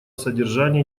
содержания